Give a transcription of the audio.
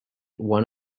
one